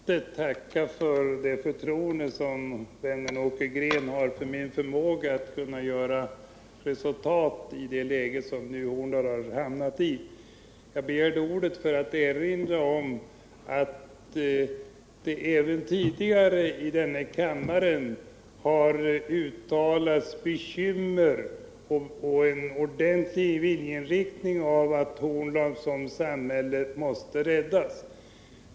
Herr talman! Jag skall inte tacka för det förtroende som vännen Åke Green har för min förmåga att nå resultat i det läge Horndal nu har hamnat i. Jag begärde ordet för att erinra om att det även tidigare i denna kammare har uttalats en ordentlig viljeinriktning att Horndal som samhälle måste räddas.